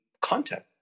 content